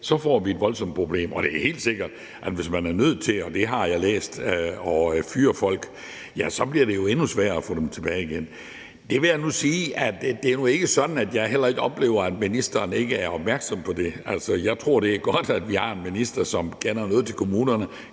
får vi et voldsomt problem, og det er helt sikkert, at hvis man er nødt til – og det har jeg læst – at fyre folk, så bliver det jo endnu sværere at få dem tilbage igen. Jeg vil nu sige, at det heller ikke er sådan, at jeg oplever, at ministeren ikke er opmærksom på det. Altså, jeg tror, at det er godt, at vi har en minister, som kender noget til kommunerne